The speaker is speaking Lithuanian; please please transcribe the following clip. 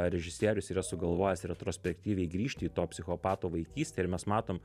režisierius yra sugalvojęs retrospektyviai grįžti į to psichopato vaikystę ir mes matom